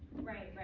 right, right.